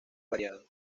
variado